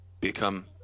become